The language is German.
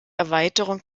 erweiterung